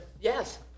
Yes